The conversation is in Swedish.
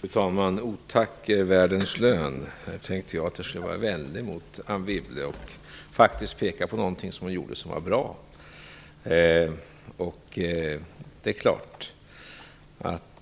Fru talman! Otack är världens lön. Här tänkte jag att jag skulle vara vänlig mot Anne Wibble och peka på någonting som var bra.